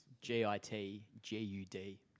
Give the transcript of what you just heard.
G-I-T-G-U-D